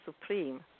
supreme